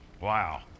Wow